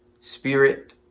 Spirit